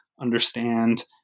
understand